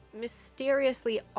mysteriously